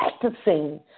Practicing